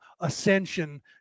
ascension